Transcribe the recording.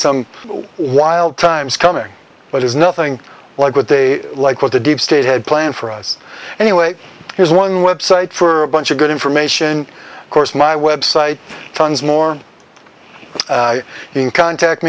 some wild times coming but there's nothing like what they like with the deep state had planned for us anyway here's one website for a bunch of good information course my website tons more i mean contact